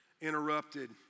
interrupted